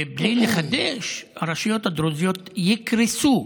ובלי לחדש, הרשויות הדרוזיות יקרסו.